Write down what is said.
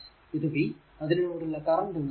ഇത് v അതിലൂടെ ഉള്ള കറന്റ് എന്നത് i